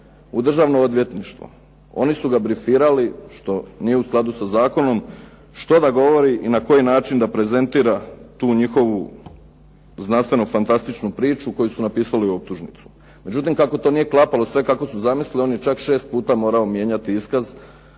u Državno odvjetništvo. Oni su ga brifirali što nije u skladu sa zakonom što da govori i na koji način da prezentira tu njihovu znanstveno-fantastičnu priču koju su napisali u optužnici. Međutim, kako to nije klapalo sve kako su zamislili on je čak šest puta morao mijenjati iskaz